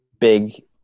big